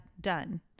done